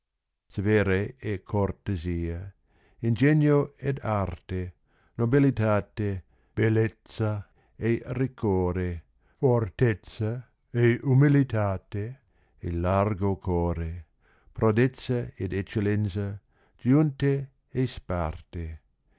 avere e cortesia ingegno ed arte nobilitate bellezza e riccore fortezza a umiltate e largo core prodezza ed eccellenza giunte e sparte